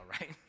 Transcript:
right